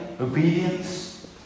Obedience